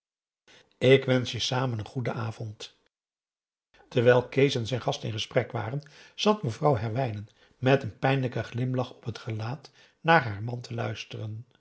ik wensch je samen een goeden avond terwijl kees en zijn gast in gesprek waren zat mevrouw herwijnen met een pijnlijken glimlach op het gelaat naar haar man te luisteren